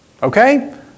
Okay